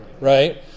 right